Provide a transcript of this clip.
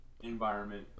environment